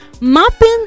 mapping